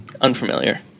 Unfamiliar